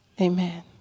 Amen